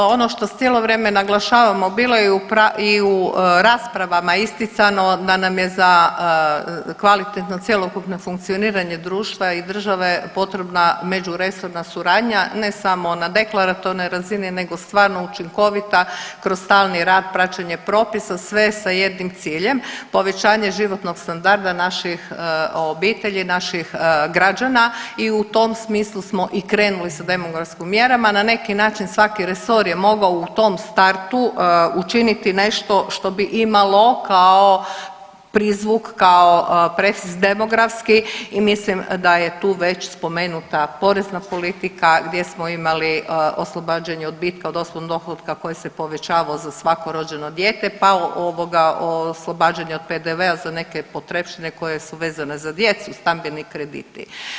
Pa evo ono što cijelo vrijeme naglašavamo, bilo je i u raspravama isticano da nam je za kvalitetno cjelokupno funkcioniranje društva i države potrebna međuresorna suradnja ne samo na deklaratornoj razini nego stvarno učinkovita kroz stalni rad praćenje propisa sve sa jednim ciljem povećanje životnog standarda naših obitelji naših građana i u tom smislu smo i krenuli sa demografskim mjerama, na neki način svaki resor je mogao u tom startu učiniti nešto što bi imalo kao prizvuk, kao prefiks demografski i mislim da je tu već spomenuta porezna politika gdje smo imali oslobađanje odbitka od osobnog dohotka koji se povećavao za svako rođeno dijete, pa ovoga oslobađanje od PDV-a za neke potrepštine koje su vezane za djecu, stambeni krediti.